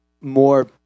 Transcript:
more